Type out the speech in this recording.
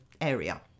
area